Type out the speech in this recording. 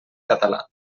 català